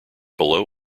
below